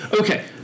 okay